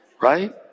right